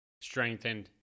strengthened